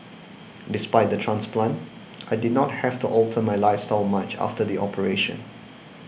despite the transplant I did not have to alter my lifestyle much after the operation